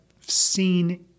seen